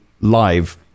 live